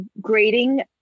grading